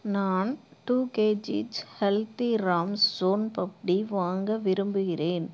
நான் two KGs Haldiram's son papdi வாங்க விரும்புகிறேன்